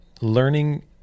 learning